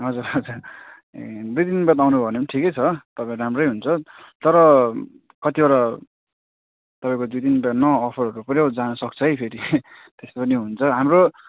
हजुर हजुर ए दुई तिन दिन बाद आउनु भयो भने पनि ठिकै छ तपाईँ राम्रै हुन्छ तर कतिवटा तपाईँको दुई दिनको टाइममा अफरहरू पनि जान सक्छ है फेरि त्यस्तो पनि हुन्छ हाम्रो